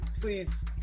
please